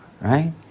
right